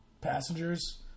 passengers